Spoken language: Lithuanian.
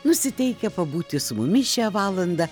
nusiteikę pabūti su mumis šią valandą